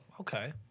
okay